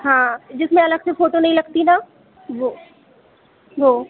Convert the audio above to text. हाँ जिसमें अलग से फ़ोटो नहीं लगती ना वह वो